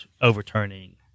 overturning